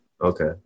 Okay